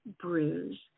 Bruise